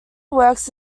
works